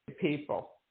people